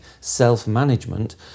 self-management